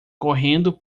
correndo